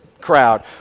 crowd